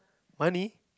money